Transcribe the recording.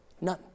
None